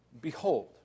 behold